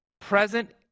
present